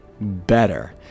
better